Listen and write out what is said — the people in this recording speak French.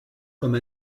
comme